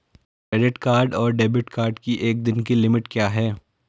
Credit card और debit card की एक दिन की लिमिट क्या है?